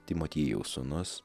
timotiejaus sūnus